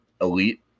elite